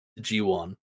G1